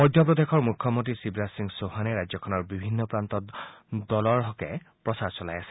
মধ্যপ্ৰদেশৰ মুখ্যমন্ত্ৰী শিৱৰাজ সিং চৌহানে ৰাজ্যখনৰ বিভিন্ন প্ৰান্তত দলৰ হকে প্ৰচাৰ চলাই আছে